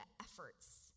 efforts